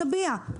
נביע.